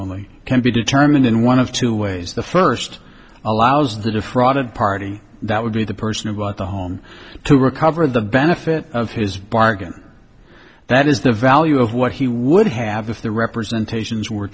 only can be determined in one of two ways the first allows the defrauded party that would be the person who bought the home to recover the benefit of his bargain that is the value of what he would have if the representation